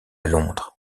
londres